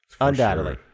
undoubtedly